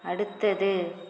அடுத்தது